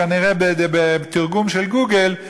כנראה בתרגום של "גוגל",